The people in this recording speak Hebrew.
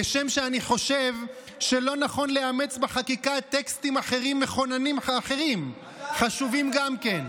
כשם שאני חושב שלא נכון לאמץ בחקיקה טקסטים מכוננים אחרים חשובים גם כן.